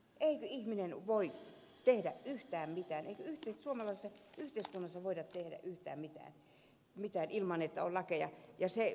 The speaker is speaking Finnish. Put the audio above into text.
eikö ihminen voi tehdä yhtään mitään eikö suomalaisessa yhteiskunnassa voida tehdä yhtään mitään ilman että on lakeja